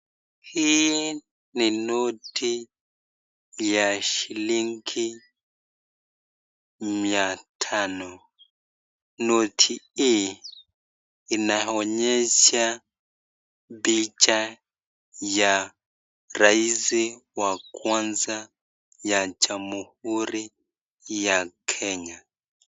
Hii ni noti ya shilingi mia tano, noti hii inaonyesha picha ya rais wa kwanza ya jamhuri ya kenya.